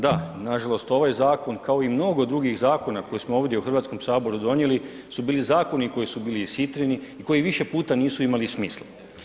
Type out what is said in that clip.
Da, nažalost ovaj zakon, kao i mnogo drugih zakona koje smo ovdje u HS-u donijeli su bili zakoni koji su bili ishitreni i koji više puta nisu imali smisla.